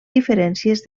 diferències